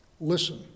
Listen